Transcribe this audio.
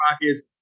pockets